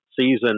season